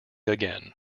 again